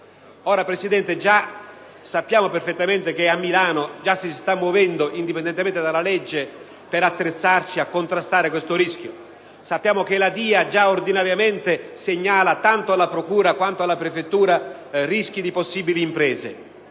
Presidente, sappiamo perfettamente che a Milano già ci si sta muovendo, indipendentemente dalla legge, per attrezzarsi a contrastare questo rischio; sappiamo che la DIA segnala ordinariamente alla procura e alla prefettura i rischi di possibili imprese